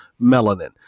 melanin